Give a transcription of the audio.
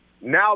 Now